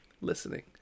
listening